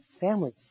family